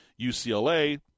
UCLA